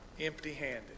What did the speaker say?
empty-handed